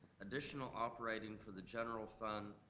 additional operating for the general fund,